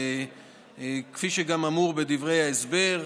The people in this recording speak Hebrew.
וכפי שגם אמרו בדברי ההסבר,